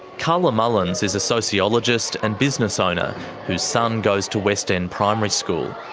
carla mullins is a sociologist and business owner whose son goes to west end primary school.